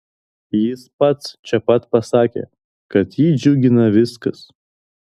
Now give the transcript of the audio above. jis pats čia pat pasakė kad jį džiugina viskas